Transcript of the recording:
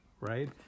right